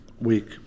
week